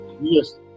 Yes